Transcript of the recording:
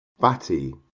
batty